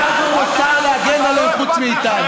רק לכם מותר להגן עליהם חוץ מאיתנו.